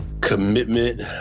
commitment